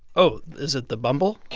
oh, is it the bumble?